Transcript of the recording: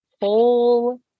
whole